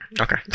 okay